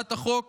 הצעת החוק